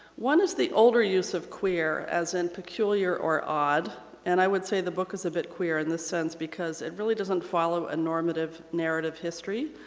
one is the older use of queer as in peculiar or odd and i would say the book is a bit queer in this sense because it really doesn't follow a normative narrative history.